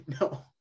No